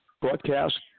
broadcast